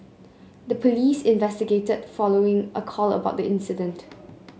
the police investigated following a call about the incident